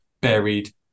buried